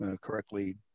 correctly